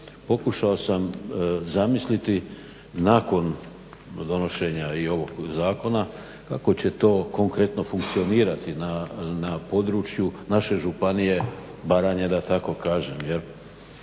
Pokušao sam zamisliti nakon donošenja i ovog zakona kako će to konkretno funkcionirati na području naše županije Baranje da tako kažem,